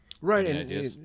Right